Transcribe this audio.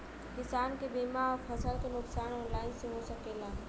किसान के बीमा अउर फसल के नुकसान ऑनलाइन से हो सकेला?